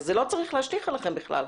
אז זה לא צריך להשליך עליכם בכלל.